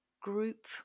group